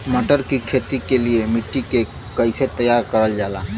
मटर की खेती के लिए मिट्टी के कैसे तैयार करल जाला?